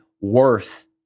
worth